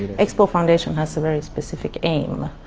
expo foundation has a very specific aim,